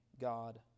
God